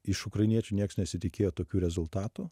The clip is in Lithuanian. iš ukrainiečių nieks nesitikėjo tokių rezultatų